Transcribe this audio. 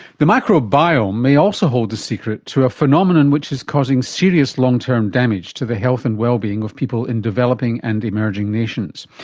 the microbiome may also hold the secret to a phenomenon which is causing serious long-term damage to the health and wellbeing of people in developing and emerging nations.